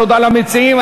תודה למציעים.